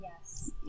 Yes